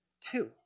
Two